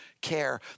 care